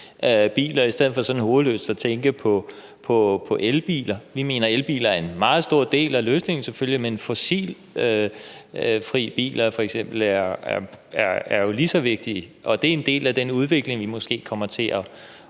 i stedet for sådan hovedløst at tænke på elbiler. Vi mener, at elbiler selvfølgelig er en meget stor del af løsningen, men fossilfri biler er jo f.eks. lige så vigtige. Og det er en del af den udvikling, vi måske kommer til at